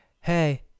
hey